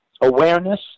awareness